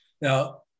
Now